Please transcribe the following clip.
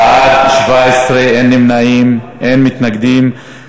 בעד, 17, אין מתנגדים, אין נמנעים.